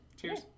Cheers